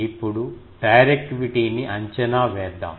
ఇప్పుడు డైరెక్టివిటీని అంచనా వేద్దాం